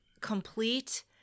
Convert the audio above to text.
complete